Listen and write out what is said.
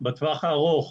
בטווח הארוך,